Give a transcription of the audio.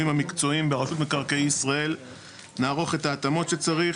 המקצועיים ברשות מקרקעי ישראל נערוך את ההתאמות שצריך